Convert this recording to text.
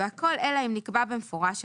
והכול אלא אם נקבע במפורש אחרת.